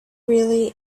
really